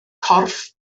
corff